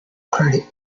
credit